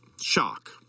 shock